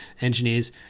engineers